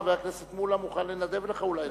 חבר הכנסת מולה מוכן לנדב לך אולי רבע